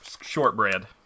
shortbread